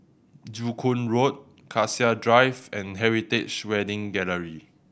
Joo Koon Road Cassia Drive and Heritage Wedding Gallery